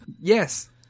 Yes